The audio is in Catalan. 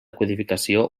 codificació